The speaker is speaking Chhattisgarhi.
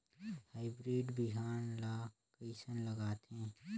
हाईब्रिड बिहान ला कइसन लगाथे?